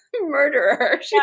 murderer